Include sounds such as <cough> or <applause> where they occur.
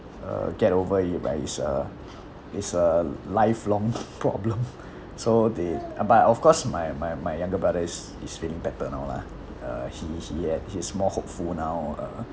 uh get over it but it's a it's a lifelong problem <noise> so they uh but of course my my my younger brother is is feeling better now lah uh he he eh he's more hopeful now uh